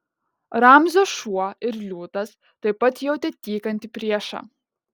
ramzio šuo ir liūtas taip pat jautė tykantį priešą